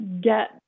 get